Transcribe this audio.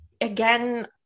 Again